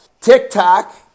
TikTok